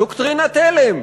דוקטרינת הלם,